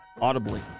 audibly